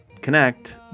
connect